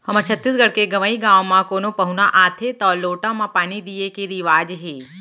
हमर छत्तीसगढ़ के गँवइ गाँव म कोनो पहुना आथें तौ लोटा म पानी दिये के रिवाज हे